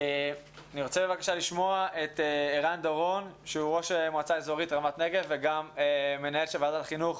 בבקשה, אבי קמינסקי, איגוד מנהלי מחלקות חינוך